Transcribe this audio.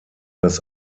das